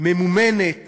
שממומנות